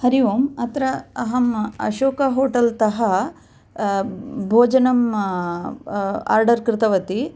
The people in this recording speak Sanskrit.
हरि ओम् अत्र अहम् अशोक होटेल्तः भोजनम् आर्डर् कृतवती